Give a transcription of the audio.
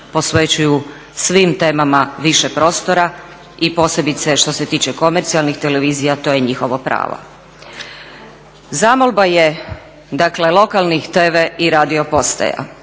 posvećuju svim temama više prostora i posebice što se tiče komercijalnih televizija, to je njihovo pravo. Zamolba je, dakle lokalnim TV i radio postaja,